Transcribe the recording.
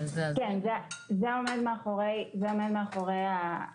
כן, זה עומד מאחורי החקיקה